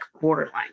borderline